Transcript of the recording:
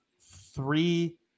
three